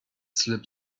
slip